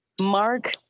Mark